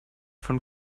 von